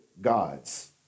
God's